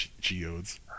geodes